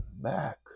back